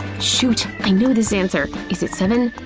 shoot! i know this answer is it seven?